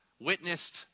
Witnessed